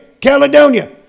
Caledonia